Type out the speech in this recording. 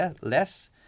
less